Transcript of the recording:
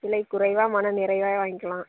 விலைக்குறைவாக மன நிறைவாக வாங்கிக்கலாம்